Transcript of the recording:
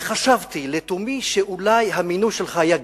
וחשבתי לתומי שאולי המינוי שלך היה גאוני,